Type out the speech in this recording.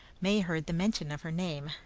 may heard the mention of her name,